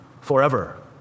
forever